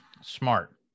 Smart